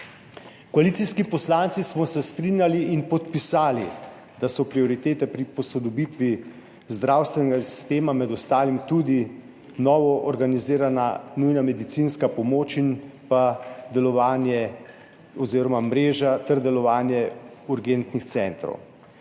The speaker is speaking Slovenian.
Koalicijski poslanci smo se strinjali in podpisali, da so prioritete pri posodobitvi zdravstvenega sistema med ostalim tudi novo organizirana nujna medicinska pomoč in pa delovanje oziroma mreža ter delovanje urgentnih centrov.